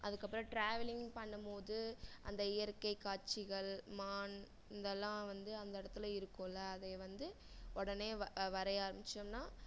அதுக்கப்புறம் ட்ராவலிங் பண்ணும்போது அந்த இயற்கை காட்சிகள் மான் இதெல்லாம் வந்து அந்த இடத்துல இருக்குமில அதை வந்து உடனே வ வரைய ஆரமித்தோம்னா